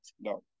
No